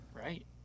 right